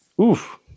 Oof